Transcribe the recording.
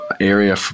area